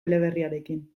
eleberriarekin